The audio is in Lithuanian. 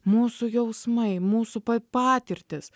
mūsų jausmai mūsų pa patirtys